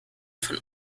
von